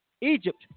Egypt